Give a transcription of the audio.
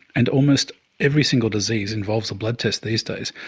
and almost every single disease involves a blood test these days.